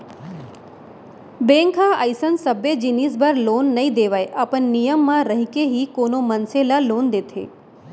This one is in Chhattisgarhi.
बेंक ह अइसन सबे जिनिस बर लोन नइ देवय अपन नियम म रहिके ही कोनो मनसे ल लोन देथे